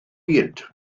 byd